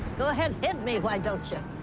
go ahead, hit me, why don't you?